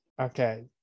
Okay